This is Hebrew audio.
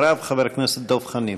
אחריו, חבר הכנסת דב חנין.